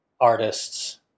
artists